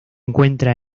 encuentra